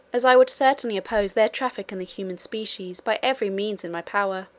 as i would certainly oppose their traffic in the human species by every means in my power.